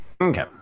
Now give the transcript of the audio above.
Okay